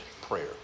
prayer